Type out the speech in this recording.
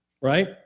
right